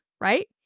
right